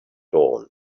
dawn